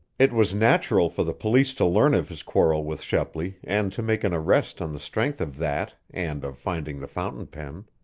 it was natural for the police to learn of his quarrel with shepley and to make an arrest on the strength of that and of finding the fountain pen.